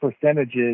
percentages